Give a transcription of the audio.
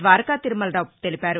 ద్వారకా తిరుమలరావు తెలిపారు